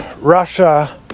Russia